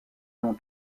nom